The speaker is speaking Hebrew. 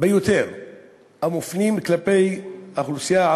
זאת השקעה תלוית תוצאה באופן מיידי,